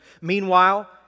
...meanwhile